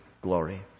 glory